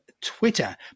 Twitter